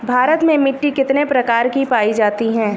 भारत में मिट्टी कितने प्रकार की पाई जाती हैं?